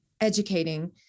educating